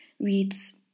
reads